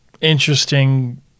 Interesting